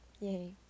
Yay